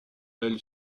elle